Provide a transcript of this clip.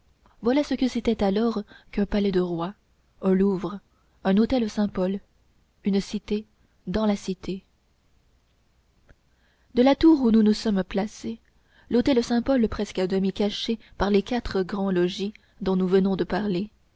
voilà ce que c'était alors qu'un palais de roi un louvre un hôtel saint-pol une cité dans la cité de la tour où nous nous sommes placés l'hôtel saint-pol presque à demi caché par les quatre grands logis dont nous venons de parler